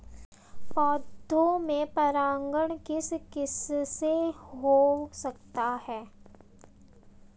पौधों में परागण किस किससे हो सकता है?